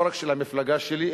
לא רק של המפלגה שלי,